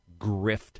grift